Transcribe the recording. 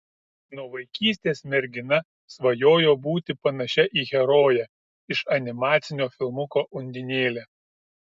nuo vaikystės mergina svajojo būti panašia į heroję iš animacinio filmuko undinėlė